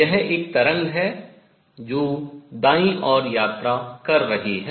यह एक तरंग है जो दाईं ओर travel यात्रा कर रही है